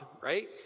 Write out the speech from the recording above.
right